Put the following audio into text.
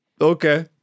okay